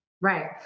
Right